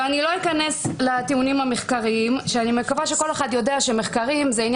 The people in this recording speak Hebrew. אם כדרך אגב היו שוקדים על התיקים האלה גם מבחינה מחקרית היו מגלים